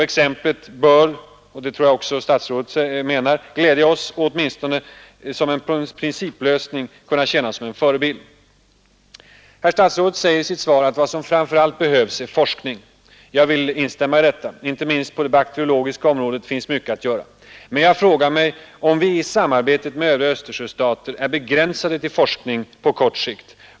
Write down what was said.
Exemplet bör — och det tror jag också statsrådet menar — glädja oss och åtminstone som en principlösning kunna tjäna som förebild. Herr statsrådet säger i sitt svar att vad som framför allt behövs är forskning. Jag vill instämma i detta. Inte minst på det bakteriologiska området finns mycket att göra. Jag frågar mig emellertid, om vi i samarbetet med övriga Östersjöstater är begränsade till forskning på kort sikt.